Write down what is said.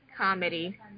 Comedy